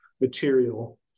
material